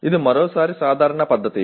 ఇది మరోసారి సాధారణ పద్ధతి